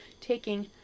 taking